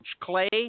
Clay